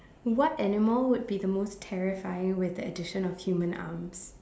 what animal would be the most terrifying with the addition of human arms